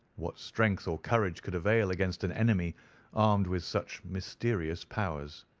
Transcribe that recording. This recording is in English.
what strength or courage could avail against an enemy armed with such mysterious powers?